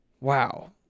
wow